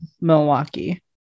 Milwaukee